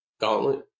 gauntlet